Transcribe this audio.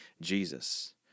Jesus